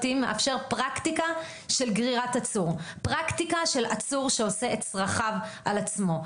פרקטיקה של עצור שעושה את צרכיו על עצמו,